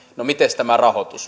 mites tämä rahoitus